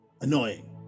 annoying